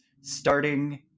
Starting